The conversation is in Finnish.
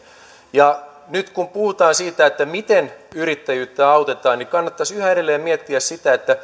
nyt kun puhutaan siitä miten yrittäjyyttä autetaan kannattaisi yhä edelleen miettiä